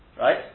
Right